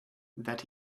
that